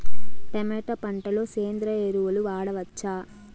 Tomato పంట లో సేంద్రియ ఎరువులు వాడవచ్చా?